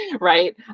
right